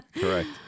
Correct